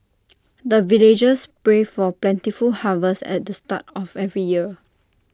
the villagers pray for plentiful harvest at the start of every year